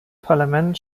parlament